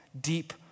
deep